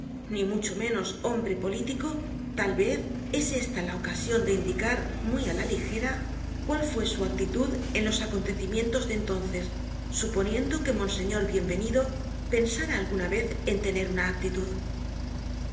ni mucho menos hombre político tal vez es esta la ocasion de indicar muy á la ligera cual fue su actitud en los acontecimientos de entonces suponiendo que monseñor bienvenido pensara alguna vez en tener una actitud